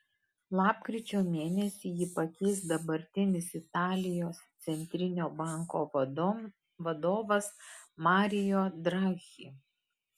lapkričio mėnesį jį pakeis dabartinis italijos centrinio banko vadovas mario draghi